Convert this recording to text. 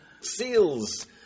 Seals